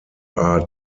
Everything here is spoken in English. are